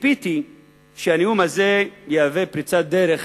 ציפיתי שהנאום הזה יהווה פריצת דרך